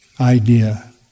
idea